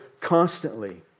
constantly